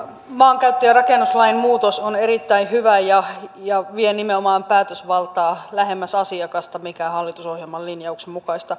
maankäyttö ja rakennuslain muutos on erittäin hyvä ja vie nimenomaan päätösvaltaa lähemmäs asiakasta mikä hallitusohjelman linjauksen mukaista on